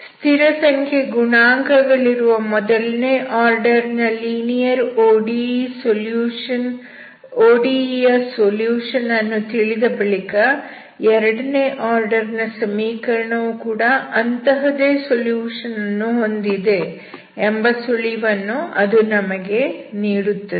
ಸ್ಥಿರಸಂಖ್ಯೆ ಗುಣಾಂಕ ಗಳಿರುವ ಮೊದಲನೇ ಆರ್ಡರ್ ನ ಲೀನಿಯರ್ ODE ಯ ಸೊಲ್ಯೂಷನ್ ಅನ್ನು ತಿಳಿದ ಬಳಿಕ ಎರಡನೇ ಆರ್ಡರ್ ನ ಸಮೀಕರಣವು ಕೂಡ ಅಂತಹುದೇ ಸೊಲ್ಯೂಷನ್ ಅನ್ನು ಹೊಂದಿದೆ ಎಂಬ ಸುಳಿವನ್ನು ಅದು ನಮಗೆ ನೀಡುತ್ತದೆ